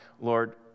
Lord